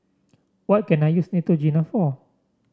what can I use Neutrogena for